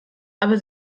aber